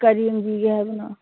ꯀꯔꯤ ꯌꯦꯡꯕꯤꯒꯦ ꯍꯥꯏꯕꯅꯣ